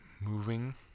moving